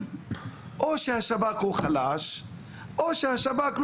או שהשב"כ הוא חלש או שהשב"כ,